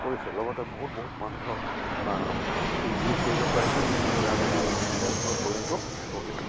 কৰিছে লগতে বহুত বহুত মানুহক নিয়োগ কৰিব পাৰিছে যাৰ কাৰণে তেওঁলোকৰ পৰিয়ালটো উপকৃত